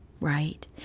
right